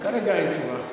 כרגע אין תשובה.